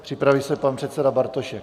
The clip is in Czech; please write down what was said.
Připraví se pan předseda Bartošek.